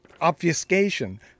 obfuscation